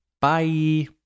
Bye